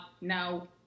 no